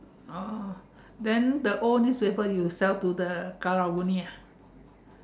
oh then the old newspapers you sell to the Karang-Guni ah